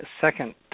second